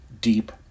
deep